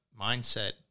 mindset